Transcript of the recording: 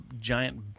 giant